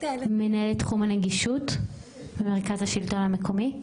מנהלת תחום הנגישות במרכז השלטון המקומי.